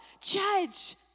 Judge